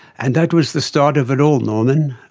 and that was the start of it all, norman.